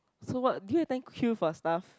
so what do you every time queue for stuff